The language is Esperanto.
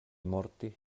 morti